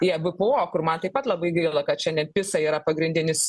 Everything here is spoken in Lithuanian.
į ebpo kur man taip pat labai gaila kad šiandien pisa yra pagrindinis